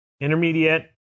Intermediate